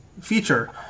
feature